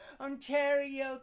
Ontario